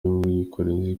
y’ubwikorezi